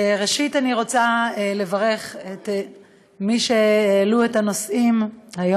ראשית אני רוצה לברך את מי שהעלו את הנושאים שעל